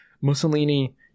Mussolini